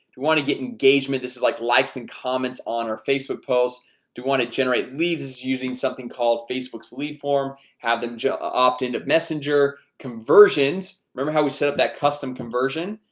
want to get engagement? this is like likes and comments on our facebook posts do want it. generate leads is using something called facebook's lead form having ah chopped into messenger conversions remember how we set up that custom conversion?